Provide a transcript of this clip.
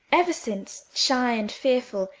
ever since, shy and fearful,